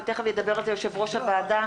ותיכף ידבר על כך יושב-ראש הוועדה,